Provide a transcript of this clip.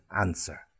answer